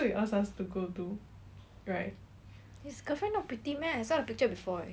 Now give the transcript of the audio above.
his girlfriend not pretty meh I saw the picture before short hair [one]